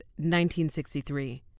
1963